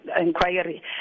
inquiry